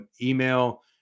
email